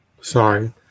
Sorry